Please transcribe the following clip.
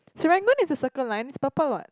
Serangoon is a Circle Line it's purple what